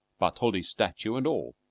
bartholdi's statue and all.